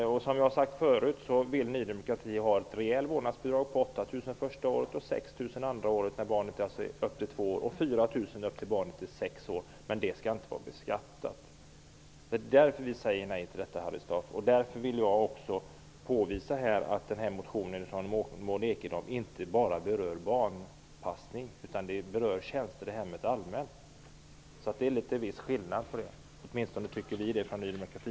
Som jag förut har sagt vill Ny demokrati ha ett rejält vårdnadsbidrag på 8 000 kr första året, 6 000 Men det skall inte vara beskattat. Det är därför vi säger nej till detta, Harry Staaf. Det är också därför som jag här vill påvisa att denna motion från Maud Ekendahl inte bara rör barnpassning. Det gäller tjänster i hemmet rent allmänt. Det är en viss skillnad mellan detta. Det tycker åtminstone vi i Ny demokrati.